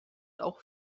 auch